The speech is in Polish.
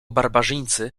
barbarzyńcy